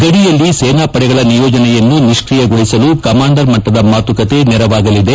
ಗಡಿಯಲ್ಲಿ ಸೇನಾಪಡೆಗಳ ನಿಯೋಜನೆಯನ್ನು ನಿಷ್ಕಿಯಗೊಳಿಸಲು ಕಮಾಂಡರ್ ಮಟ್ಟದ ಮಾತುಕತೆ ನೆರವಾಗಲಿದೆ